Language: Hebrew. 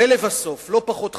ולבסוף, לא פחות חמור,